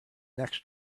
next